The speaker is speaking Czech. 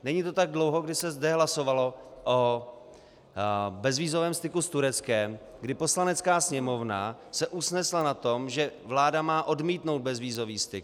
Není to tak dlouho, kdy se zde hlasovalo o bezvízovém styku s Tureckem, kdy Poslanecká sněmovna se usnesla na tom, že vláda má odmítnout bezvízový styk.